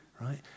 Right